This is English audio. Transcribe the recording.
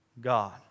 God